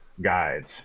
guides